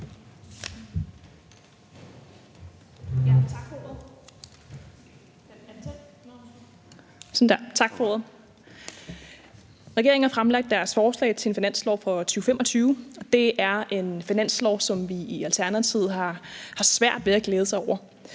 Regeringen har fremsat deres forslag til finanslov for 2025. Det er et finanslovsforslag, som vi i Alternativet har svært ved at glæde os over.